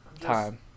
time